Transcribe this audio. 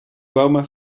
bomen